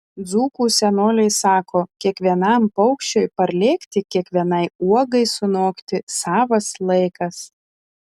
dzūkų senoliai sako kiekvienam paukščiui parlėkti kiekvienai uogai sunokti savas laikas